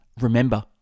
Remember